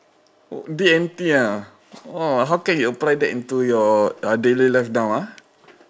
D and T ah !wah! how can you apply that into your daily life now ah